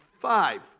five